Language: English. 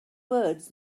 words